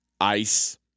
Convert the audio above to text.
ICE